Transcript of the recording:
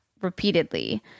Repeatedly